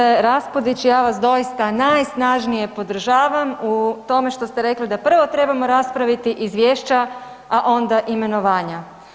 Kolegice RAspudić ja vas doista najsnažnije podržavam u tome što ste rekli da prvo trebamo raspraviti izvješća, a onda imenovanja.